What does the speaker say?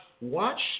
watch